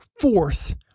fourth